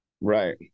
right